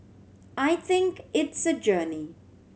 I think it's a journey